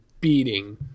beating